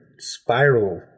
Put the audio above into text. Spiral